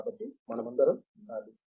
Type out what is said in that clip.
కాబట్టి మనమందరం ఉండాలి